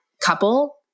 couple